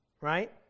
right